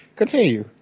continue